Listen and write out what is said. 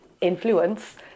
influence